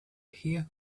here